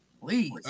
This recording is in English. Please